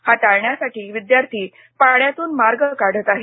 हा टाळण्यासाठी विद्यार्थी पाण्यातून मार्ग काढत आहेत